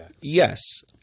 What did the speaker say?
Yes